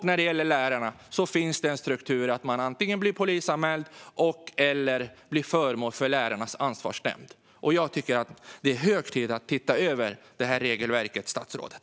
När det gäller lärarna finns det en struktur. De blir antingen polisanmälda eller föremål för Lärarnas ansvarsnämnd. Det är hög tid att se över det regelverket, statsrådet.